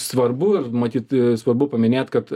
svarbu ir matyt svarbu paminėt kad